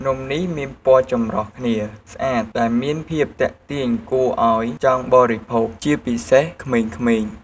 នំនេះមានពណ៌ចម្រុះគ្នាស្អាតដែលមានភាពទាក់ទាញគួរឱ្យចង់បរិភោគជាពិសេសក្មេងៗ។